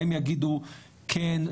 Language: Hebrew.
הן יגידו כן,